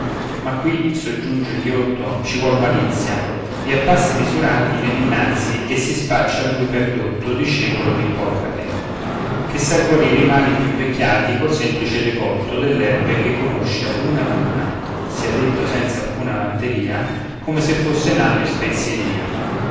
ma qui soggiunge il ghiotto ci vuol malizia e a passi misurati vien innanzi e si spaccia a lui per dotto discepolo d'ippocrate che sa guarire i mali più invecchiati col semplice decotto dell'erbe ch'ei conosce ad una ad una sia detto senza alcuna vanteria come se fosse nato in spezieria